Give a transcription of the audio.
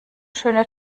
schöne